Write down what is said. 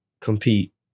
compete